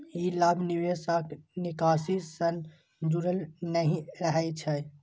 ई लाभ निवेश आ निकासी सं जुड़ल नहि रहै छै